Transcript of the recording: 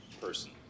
person